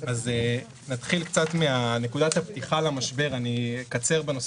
נתחיל בנקודת הפתיחה למשבר אני אקצר בנושא